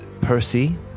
Percy